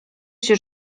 się